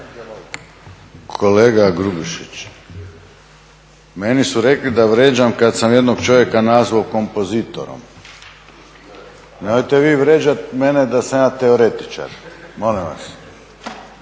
Kolega Grubišić, meni su rekli da vrijeđam kada sam jednog čovjeka nazvao kompozitorom. Nemojte vi vrijeđati mene da sam ja teoretičar, molim vas.